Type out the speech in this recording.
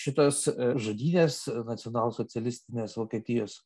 šitos žudynės nacionalsocialistinės vokietijos